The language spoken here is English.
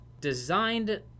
designed